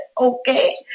okay